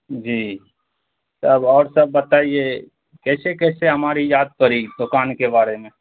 جی تب اور سب بتائیے کیسے کیسے ہماڑی یاد پری دکان کے باڑے میں